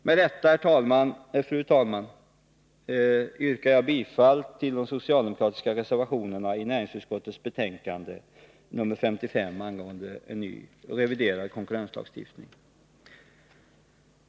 Med detta, fru talman, yrkar jag bifall till de socialdemokratiska reservationerna i näringsutskottets betänkande 55 angående en reviderad konkurrenslagstiftning.